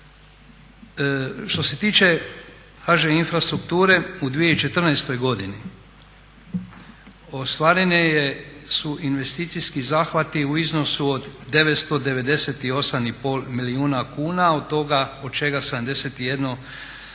što se tiče HŽ infrastrukture u 2014. godini ostvareni su investicijski zahvati u iznosu od 998,5 milijuna kuna od čega 71,6% su na